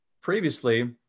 previously